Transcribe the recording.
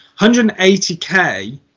180k